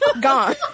gone